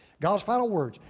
god's final words,